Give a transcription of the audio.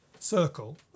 Circle